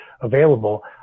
available